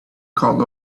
called